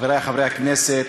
חברי חברי הכנסת,